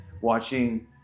Watching